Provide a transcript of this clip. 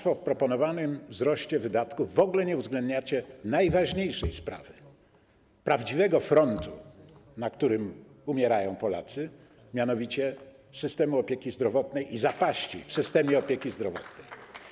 W proponowanym wzroście wydatków państwo w ogóle nie uwzględniacie najważniejszej sprawy, prawdziwego frontu, na którym umierają Polacy, mianowicie systemu opieki zdrowotnej i zapaści w systemie opieki zdrowotnej.